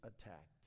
attacked